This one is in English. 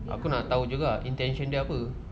aku nak tahu juga intention dia apa